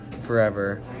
forever